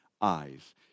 eyes